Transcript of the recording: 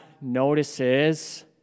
notices